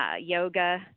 yoga